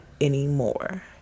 anymore